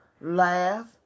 laugh